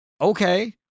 Okay